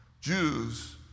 Jews